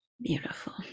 Beautiful